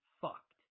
fucked